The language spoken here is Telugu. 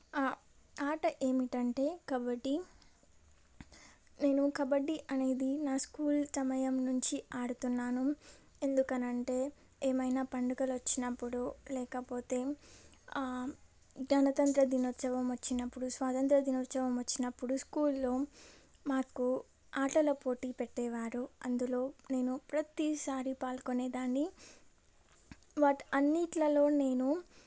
ఆ ఆట ఏమిటంటే కబడ్డీ నేను కబడ్డీ అనేది నా స్కూల్ సమయం నుంచి ఆడుతున్నాను ఎందుకనంటే ఏమైనా పండుగలు వచ్చినప్పుడు లేకపోతే గణతంత్ర దినోత్సవం వచ్చినప్పుడు స్వాతంత్ర దినోత్సవం వచ్చినప్పుడు స్కూల్లో మాకు ఆటల పోటీలు పెట్టేవారు అందులో నేను ప్రతిసారి పాల్గొనేదాన్ని బట్ అన్నిట్లలో నేను